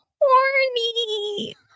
horny